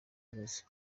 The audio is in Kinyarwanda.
ibibazo